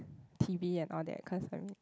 t_v and all that cause uh